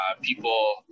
people